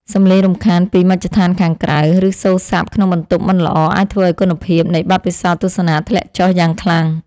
សំឡេងរំខានពីមជ្ឈដ្ឋានខាងក្រៅ ឬសូរស័ព្ទក្នុងបន្ទប់មិនល្អ អាចធ្វើឱ្យគុណភាពនៃបទពិសោធន៍ទស្សនាធ្លាក់ចុះយ៉ាងខ្លាំង។